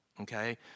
okay